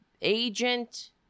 agent